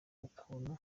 ukuntu